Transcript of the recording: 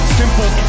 simple